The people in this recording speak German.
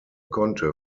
konnte